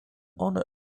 honor